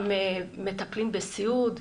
גם מטפלים בסיעוד.